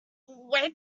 where